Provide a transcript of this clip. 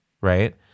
right